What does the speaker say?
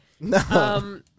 No